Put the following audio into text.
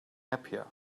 happier